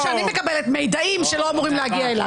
וכמו שאני מקבלת מידעים שלא אמורים להגיע אליי.